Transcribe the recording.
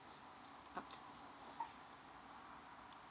um